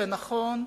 ונכון,